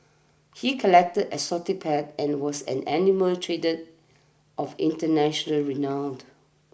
he collected exotic pets and was an animal trader of international renowned